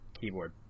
keyboard